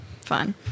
fun